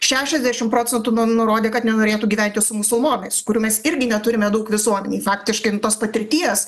šešiasdešim procentų nu nurodė kad nenorėtų gyventi su musulmonais kurių mes irgi neturime daug visuomenėj faktiškai nu tos patirties